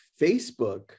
Facebook